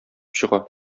чыга